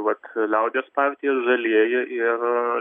vat liaudies partija žalieji ir